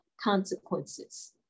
consequences